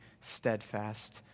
steadfast